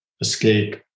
escape